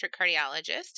cardiologist